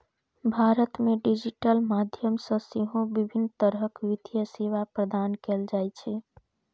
भारत मे डिजिटल माध्यम सं सेहो विभिन्न तरहक वित्तीय सेवा प्रदान कैल जाइ छै